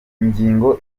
ingingo